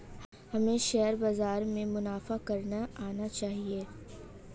हमें शेयर बाजार से मुनाफा करना आना चाहिए